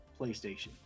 PlayStation